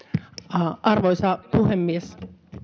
arvoisa puhemies